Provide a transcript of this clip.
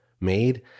made